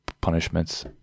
punishments